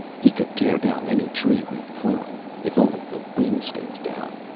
he could tear down any tree we'd climb. if only the wind stays down